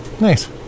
nice